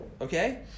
okay